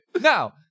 Now